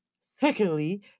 secondly